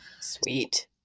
sweet